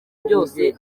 byose